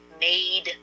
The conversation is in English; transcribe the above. made